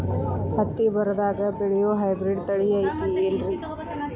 ಹತ್ತಿ ಬರದಾಗ ಬೆಳೆಯೋ ಹೈಬ್ರಿಡ್ ತಳಿ ಐತಿ ಏನ್ರಿ?